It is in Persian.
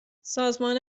سازمان